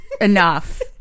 Enough